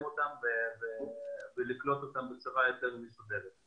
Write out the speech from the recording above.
אותם ולקלוט אותם בצורה יותר מסודרת.